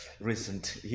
recent